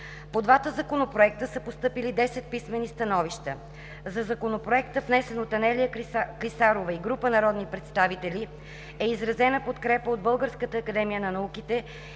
По двата законопроекта са постъпили 10 писмени становища. За Законопроекта, внесен от Анелия Клисарова и група народни представители, е изразена подкрепа от Българската академия на науките